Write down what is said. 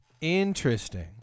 Interesting